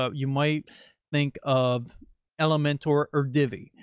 ah you might think of element or or divvy.